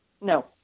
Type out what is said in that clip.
No